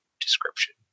description